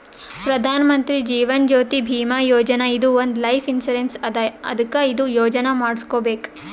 ಪ್ರಧಾನ್ ಮಂತ್ರಿ ಜೀವನ್ ಜ್ಯೋತಿ ಭೀಮಾ ಯೋಜನಾ ಇದು ಒಂದ್ life insurance ಅದಾ ಅದ್ಕ ಇದು ಯೋಜನಾ ಮಾಡುಸ್ಕೊಬೇಕ್